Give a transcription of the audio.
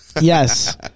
Yes